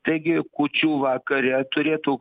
taigi kūčių vakare turėtų